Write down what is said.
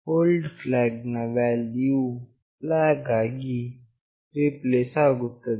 old flag ನ value ವು flag ಆಗಿ ರಿಪ್ಲೇಸ್ ಆಗುತ್ತದೆ